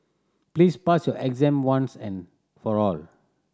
please pass your exam once and for all